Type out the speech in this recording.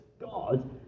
God